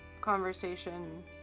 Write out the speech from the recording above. conversation